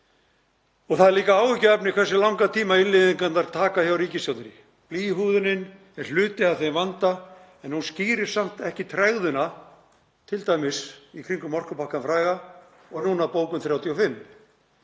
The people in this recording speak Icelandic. Það er líka áhyggjuefni hversu langan tíma innleiðingarnar taka hjá ríkisstjórninni. Blýhúðunin er hluti af þeim vanda en hún skýrir samt ekki tregðuna, t.d. í kringum orkupakkann fræga og núna bókun 35.